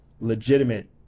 legitimate